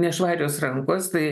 nešvarios rankos tai